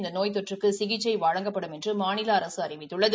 இந்த நோய் தொற்றுக்கு சிகிச்கை வழங்கப்படும் என்று மாநில அரசு அறிவித்துள்ளது